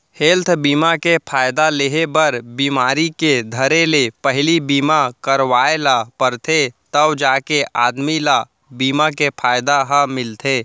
health बीमा के फायदा लेहे बर बिमारी के धरे ले पहिली बीमा करवाय ल परथे तव जाके आदमी ल बीमा के फायदा ह मिलथे